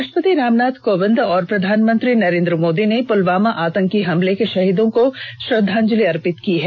राष्ट्रपति रामनाथ कोविंद और प्रधानमंत्री नरेन्द्र मोदी ने पुलवामा आतंकी हमले के शहीदों को श्रद्वांजलि अर्पित की है